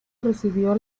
recibió